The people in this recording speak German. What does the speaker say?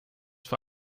für